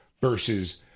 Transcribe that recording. versus